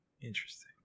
Interesting